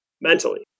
mentally